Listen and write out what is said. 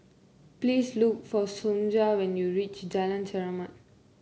please look for Sonja when you reach Jalan Chermat